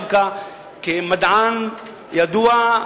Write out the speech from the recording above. דווקא כמדען ידוע,